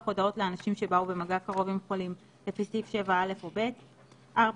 הודעות לאנשים שבאו במגע קרוב עם חולים לפי סעיף 7(א) או (ב); 4)